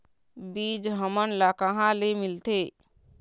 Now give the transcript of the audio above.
बीज हमन ला कहां ले मिलथे?